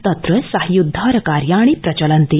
तत्र साहाय्योद्धार कार्याणि प्रचलन्ति